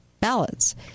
ballots